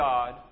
God